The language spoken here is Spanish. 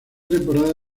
temporada